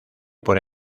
por